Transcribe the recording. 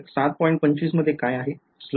हो विद्यार्थी तर २५ मध्ये काय आहे